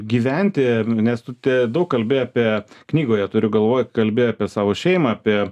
gyventi nes tu te daug kalbi apie knygoje turiu galvoj kalbi apie savo šeimą apie